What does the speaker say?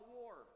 war